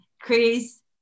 Chris